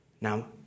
Now